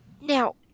Now